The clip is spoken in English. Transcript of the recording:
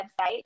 website